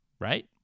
right